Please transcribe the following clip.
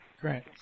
Great